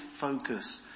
focus